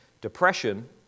depression